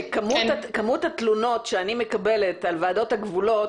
שכמות התלונות שאני מקבלת על ועדות הגבולות,